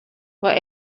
were